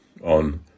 on